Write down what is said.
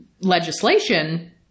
legislation